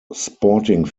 sporting